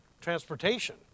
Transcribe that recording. transportation